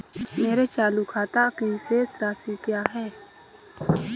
मेरे चालू खाते की शेष राशि क्या है?